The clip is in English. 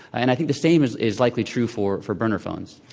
and i think the same is is likely true for for burner phones.